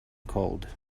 cold